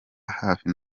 hafi